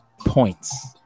points